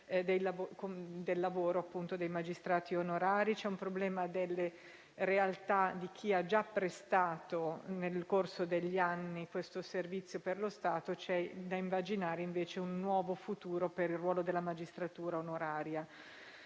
del lavoro dei magistrati onorari; c'è un problema delle realtà di chi ha già prestato, nel corso degli anni, questo servizio per lo Stato; c'è da immaginare invece un nuovo futuro per il ruolo della magistratura onoraria.